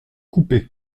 couper